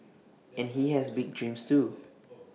and he has big dreams too